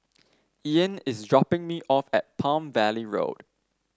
Ean is dropping me off at Palm Valley Road